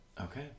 Okay